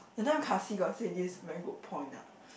that time Ka-Xi got say this very good point ah